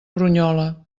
brunyola